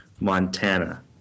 Montana